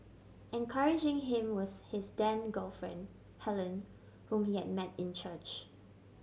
encouraging him was his then girlfriend Helen whom he had met in church